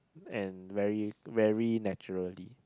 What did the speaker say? and very very naturally